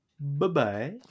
Bye-bye